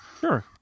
Sure